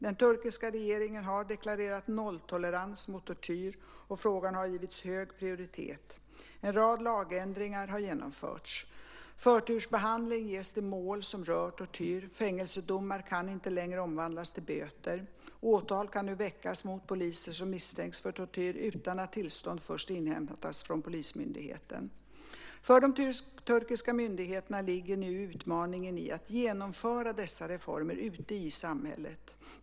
Den turkiska regeringen har deklarerat nolltolerans mot tortyr, och frågan har givits hög prioritet. En rad lagändringar har genomförts. Förtursbehandling ges till mål som rör tortyr. Fängelsedomar kan inte längre omvandlas till böter. Åtal kan nu väckas mot poliser som misstänks för tortyr, utan att tillstånd först inhämtats från polismyndigheten. För de turkiska myndigheterna ligger nu utmaningen i att genomföra dessa reformer ute i samhället.